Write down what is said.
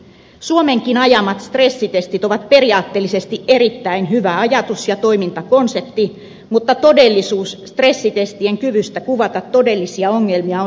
suomenkin ajamat stressitestit ovat periaatteellisesti erittäin hyvä ajatus ja toimintakonsepti mutta todellisuus stressitestien kyvystä kuvata todellisia ongelmia on riittämätön